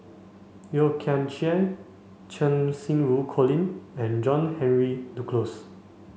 Yeo Kian Chye Cheng Xinru Colin and John Henry Duclos